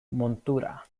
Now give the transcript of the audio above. montura